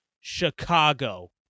Chicago